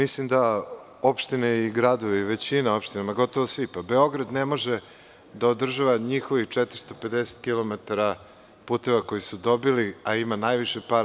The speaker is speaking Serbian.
Opštine i gradovi, većina opština, ma gotovo sve, Beograd ne može da održava njihovih 450 km puteva koje su dobili, a ima najviše para.